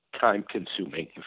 time-consuming